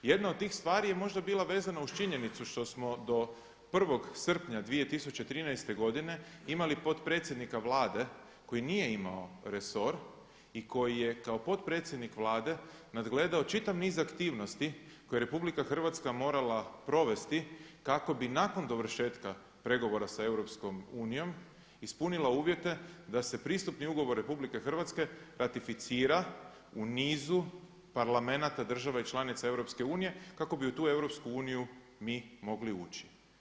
Jedna od tih stvari možda je bila vezana uz činjenicu što smo do 1.srpnja 2013. godine imali potpredsjednika vlade koji nije imao resor i koji je kao potpredsjednik vlade nagledao čitav niz aktivnosti koje je RH morala provesti kako bi nakon dovršetka pregovora sa EU ispunila uvjete da se pristupni ugovor RH ratificira u nizu parlamenata država i članica EU kako bi u tu EU mi mogli ući.